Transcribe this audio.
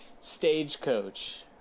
stagecoach